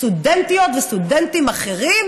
סטודנטיות וסטודנטים אחרים,